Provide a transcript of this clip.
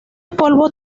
polvo